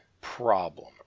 problem